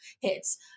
hits